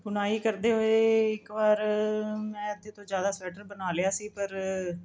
ਬੁਣਾਈ ਕਰਦੇ ਹੋਏ ਇੱਕ ਵਾਰ ਮੈਂ ਅੱਧੇ ਤੋਂ ਜ਼ਿਆਦਾ ਸਵੈਟਰ ਬਣਾ ਲਿਆ ਸੀ ਪਰ